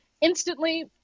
instantly